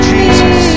Jesus